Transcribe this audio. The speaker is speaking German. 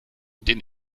den